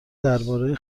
درباره